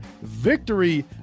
victory